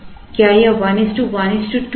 क्या यह 112 है